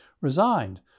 resigned